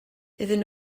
iddyn